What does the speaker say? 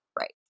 right